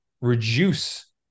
reduce